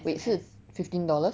wait 是 fifteen dollars